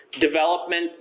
development